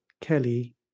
Kelly